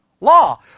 Law